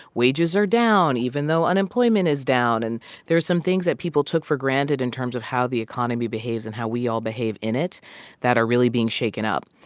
wages are down even though unemployment is down. and there are some things that people took for granted in terms of how the economy behaves and how we all behave in it that are really being shaken up.